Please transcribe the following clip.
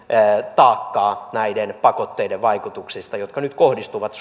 taakkaa näiden pakotteiden vaikutuksista nyt ne kohdistuvat